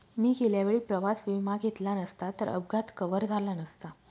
मी गेल्या वेळी प्रवास विमा घेतला नसता तर अपघात कव्हर झाला नसता